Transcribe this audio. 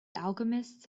alchemists